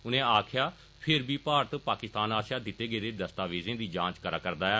उर्ने आक्खेया फेर बी भारत पाकिस्तान आस्सैआ दिते गेदे दस्तावेजें दी जांच करा रदा ऐ